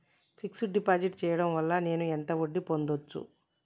Fix డ్ deposit చేయటం వల్ల నేను ఎంత వడ్డీ పొందచ్చు?